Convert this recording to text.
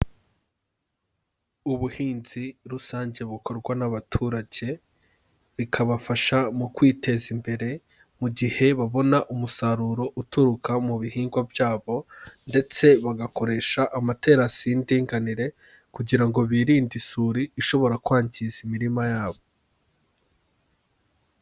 Ubuhinzi rusange bukorwa n'abaturage, bikabafasha mu kwiteza imbere mu gihe babona umusaruro uturuka mu bihingwa byabo ndetse bagakoresha amaterasi y'indinganire kugira ngo birinde isuri ishobora kwangiza imirima yabo.